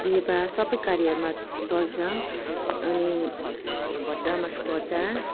बिहे वा सबै कार्यमा चल्छ अनि भटमासको अचार